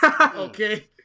Okay